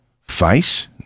face